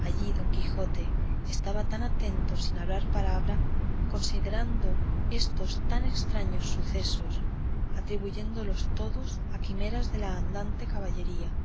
allí don quijote estaba atento sin hablar palabra considerando estos tan estraños sucesos atribuyéndolos todos a quimeras de la andante caballería